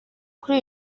kuri